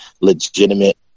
legitimate